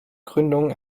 gründung